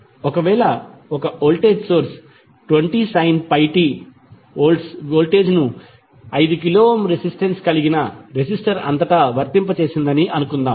ఒకవేళ ఒక voltage source 20 πt V voltage ను 5 k రెసిస్టెన్స్ కలిగిన రెసిస్టర్ అంతటా వర్తింపజేసిందని అనుకుందాం